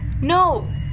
No